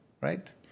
right